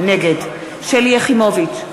נגד שלי יחימוביץ,